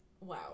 Wow